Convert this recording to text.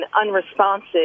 unresponsive